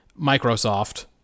Microsoft